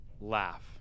laugh